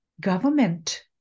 government